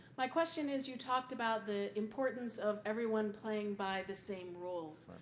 my question is, you talked about the importance of everyone playing by the same rules.